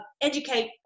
educate